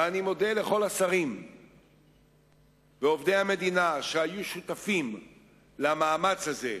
ואני מודה לכל השרים ועובדי המדינה שהיו שותפים למאמץ הזה,